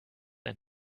ein